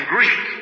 Greek